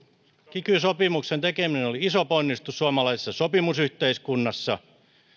kiky sopimuksen tekeminen oli iso ponnistus suomalaisessa sopimusyhteiskunnassa